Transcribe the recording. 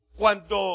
cuando